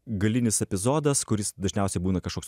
galinis epizodas kuris dažniausiai būna kažkoks